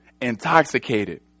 intoxicated